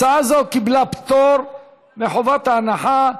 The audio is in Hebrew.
הצעה זו קיבלה פטור מחובת הנחה.